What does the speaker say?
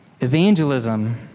Evangelism